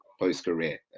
post-career